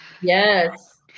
Yes